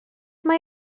mae